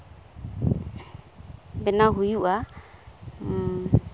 ᱵᱮᱱᱟᱣ ᱦᱩᱭᱩᱜᱼᱟ